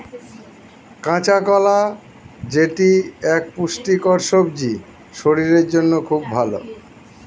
কাঁচা কলা যেটি এক পুষ্টিকর সবজি শরীরের জন্য খুব ভালো